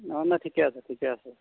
অ' নাই ঠিকে আছে ঠিকে আছে